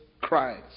Christ